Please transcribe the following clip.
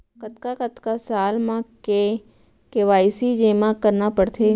कतका कतका साल म के के.वाई.सी जेमा करना पड़थे?